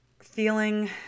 feeling